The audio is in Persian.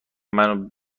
منو